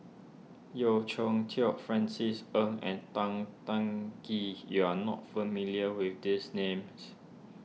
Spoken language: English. Yeo Cheow Tong Francis Ng and Tan Teng Kee you are not familiar with these names